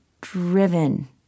driven